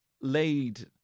laid